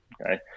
okay